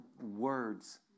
words